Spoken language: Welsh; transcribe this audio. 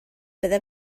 byddai